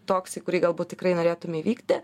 toks į kurį galbūt tikrai norėtume vykti